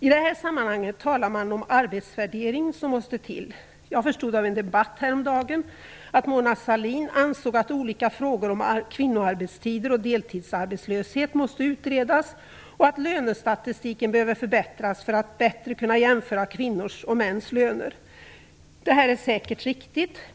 I det här sammanhanget talar man om arbetsvärdering som måste till. Jag förstod av en debatt häromdagen att Mona Sahlin ansåg att olika frågor om kvinnoarbetstider och deltidsarbetslöshet måste utredas och att lönestatistiken behöver förbättras för att man bättre skall kunna jämföra kvinnors och mäns löner. Det är säkert riktigt.